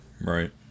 Right